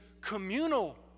communal